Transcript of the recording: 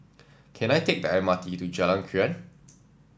can I take the M R T to Jalan Krian